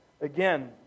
again